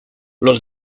los